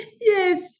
Yes